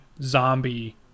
zombie